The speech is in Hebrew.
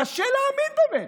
קשה להאמין באמת.